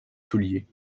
souliers